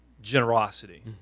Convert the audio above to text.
generosity